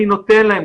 אני נותן להם.